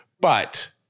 But-